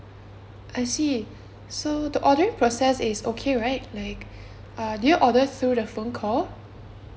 I see so the ordering process is okay right like uh did you order through the phone call